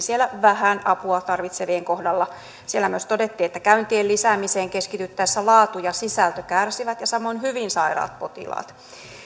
siellä vähän apua tarvitsevien kohdalla siellä myös todettiin että käyntien lisäämiseen keskityttäessä laatu ja sisältö kärsivät ja samoin hyvin sairaat potilaat